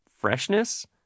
freshness